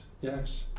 yes